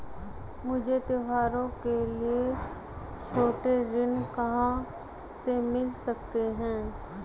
मुझे त्योहारों के लिए छोटे ऋण कहां से मिल सकते हैं?